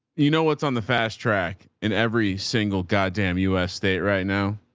you know, what's on the fast track in every single goddamn us state right now,